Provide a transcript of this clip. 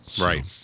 Right